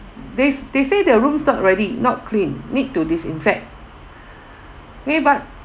they they say the room's not ready not clean need to disinfect ya but